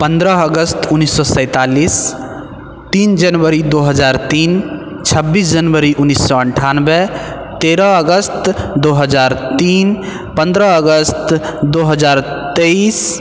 पन्द्रह अगस्त उनैस सओ सैँतालिस तीन जनवरी दो हजार तीन छब्बीस जनवरी उनैस सओ अनठानवे तेरह अगस्त दो हजार तीन पन्द्रह अगस्त दो हजार तैइस